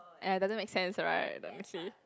ah doesn't make sense right technically